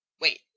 Wait